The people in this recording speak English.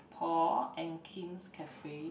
Paul and Kim's cafe